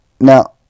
Now